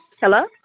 Hello